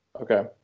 Okay